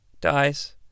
dies